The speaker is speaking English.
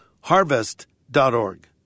harvest.org